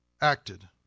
acted